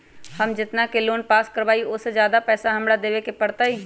हम जितना के लोन पास कर बाबई ओ से ज्यादा पैसा हमरा देवे के पड़तई?